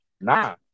Nah